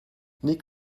nick